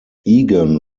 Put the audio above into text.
egan